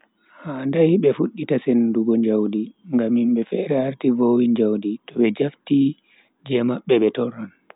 Handai be fuddita sendugo njaudi, ngam himbe fere arti vowi njaudi, to be jafti je mabbe be torran.